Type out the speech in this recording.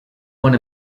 one